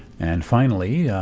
and, finally,